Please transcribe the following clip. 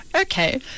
okay